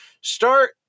start